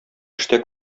эштә